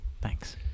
Thanks